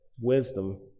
wisdom